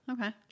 Okay